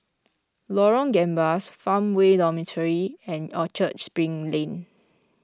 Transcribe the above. Lorong Gambas Farmway Dormitory and Orchard Spring Lane